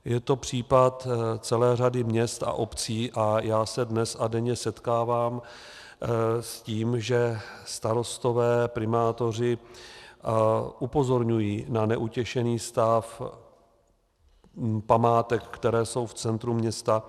Je to případ celé řady měst a obcí a já se dnes a denně setkávám s tím, že starostové a primátoři upozorňují na neutěšený stav památek, které jsou v centru města.